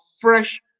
fresh